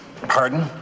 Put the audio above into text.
Pardon